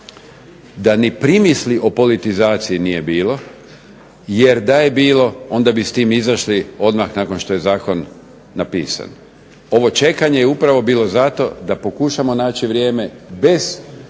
da ni primisli o politizaciji nije bilo, jer da je bilo onda bi s tim izašli odmah nakon što je zakon napisan. Ovo čekanje je upravo bilo zato da pokušamo naći vrijeme bez